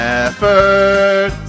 effort